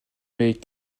mais